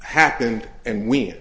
happened and when